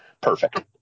perfect